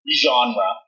genre